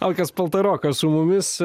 alkas paltarokas su mumis